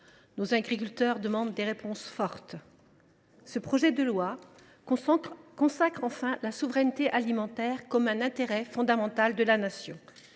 nos agriculteurs demandent des réponses fortes. Ce projet de loi consacre enfin la souveraineté alimentaire comme un intérêt fondamental de la Nation.